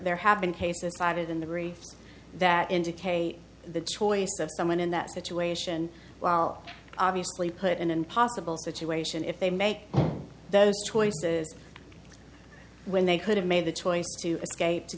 there have been cases cited in the briefs that indicate the choice of someone in that situation well obviously put in an impossible situation if they make those choices when they could have made the choice to escape to